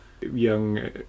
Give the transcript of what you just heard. young